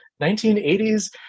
1980s